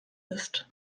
ist